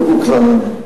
קבעו כללים.